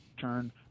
turn